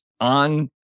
on